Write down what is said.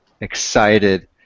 excited